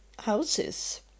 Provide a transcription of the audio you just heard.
houses